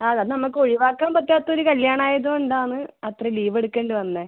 ആ അത് നമ്മൾക്ക് ഒഴിവാക്കാൻ പറ്റാത്ത ഒരു കല്ല്യാണം ആയത് കൊണ്ടാന്ന് അത്രയും ലീവ് എടുക്കണ്ടി വന്നത്